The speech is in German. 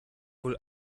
wohl